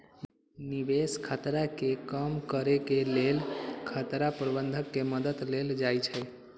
निवेश खतरा के कम करेके लेल खतरा प्रबंधन के मद्दत लेल जाइ छइ